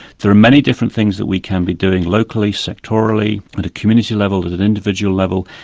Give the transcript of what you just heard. there are many different things that we can be doing locally, sectorially, and at community level, at an individual level,